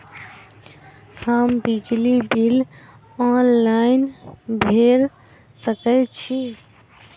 हम बिजली bill online भैर सकै छी?